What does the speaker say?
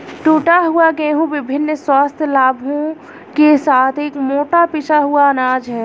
टूटा हुआ गेहूं विभिन्न स्वास्थ्य लाभों के साथ एक मोटा पिसा हुआ अनाज है